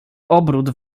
obrót